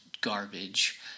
garbage